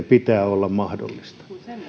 pitää olla juomaveteen mahdollisuus